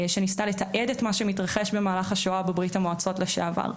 שניסתה לתעד את מה שמתרחש במהלך השואה בברית המועצות לשעבר.